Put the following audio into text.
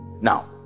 Now